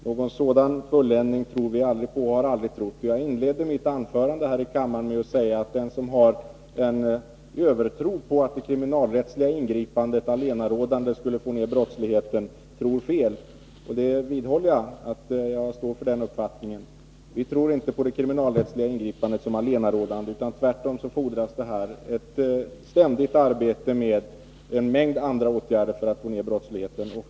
Någon sådan fulländning tror vi inte på och har aldrig trott på. Jag inledde mitt anförande här i kammaren med att säga att den som har en övertro på att det kriminalrättsliga ingripandet allenarådande skulle få ner brottsligheten tror fel. Detta vidhåller jag — jag står för den uppfattningen. Vi tror inte på det kriminalrättsliga ingripandet som allenarådande, utan vi tror att det tvärtom fordras ett ständigt arbete och en mängd andra åtgärder för att få ner brottsligheten.